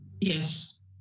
Yes